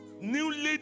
Newly